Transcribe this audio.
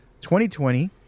2020